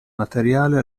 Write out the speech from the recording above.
materiale